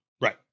Right